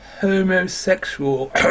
homosexual